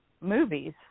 movies